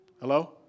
Hello